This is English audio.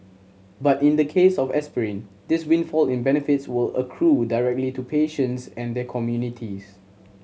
but in the case of aspirin this windfall in benefits will accrue directly to patients and their communities